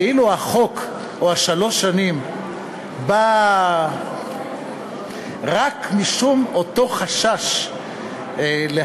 כאילו החוק או שלוש השנים בא רק משום אותו חשש להרחיק,